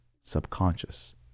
subconscious